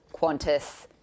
Qantas